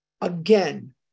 Again